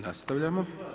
Nastavljamo.